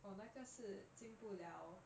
orh 那个是进不 liao